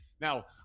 Now